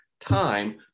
time